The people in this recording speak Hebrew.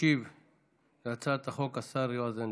ישיב על הצעת החוק השר יועז הנדל.